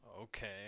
okay